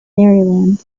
maryland